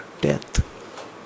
death